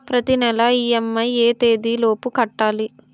ప్రతినెల ఇ.ఎం.ఐ ఎ తేదీ లోపు కట్టాలి?